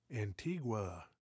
Antigua